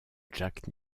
jack